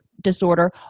disorder